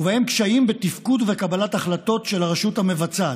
ובהם קשיים בתפקוד ובקבלת החלטות של הרשות המבצעת,